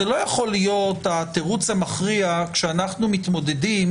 זה לא יכול להיות התירוץ המכריע כשאנחנו מתמודדים